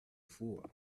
before